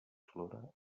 flora